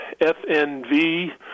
FNV